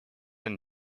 and